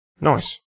Nice